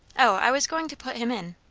o, i was going to put him in.